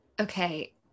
Okay